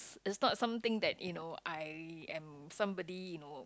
is is not something that you know I am somebody you know